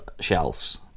shelves